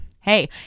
hey